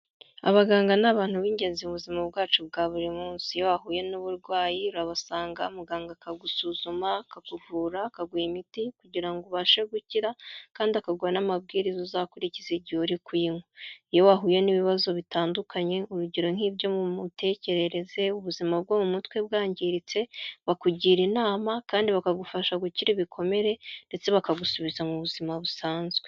Abaganga ni abantu b'ingenzi mu buzima bwacu bwa buri munsi. Iyo wahuye n'uburwayi urabasanga muganga akagusuzuma, akakuvura, akaguha imiti kugira ngo ubashe gukira, kandi akaguha n'amabwiriza uzakurikiza igihe uri kuyinywa. Iyo wahuye n'ibibazo bitandukanye urugero nk'ibyo mu mitekerereze ubuzima bwo mu mutwe bwangiritse, bakugira inama kandi bakagufasha gukira ibikomere, ndetse bakagusubiza mu buzima busanzwe.